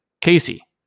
Casey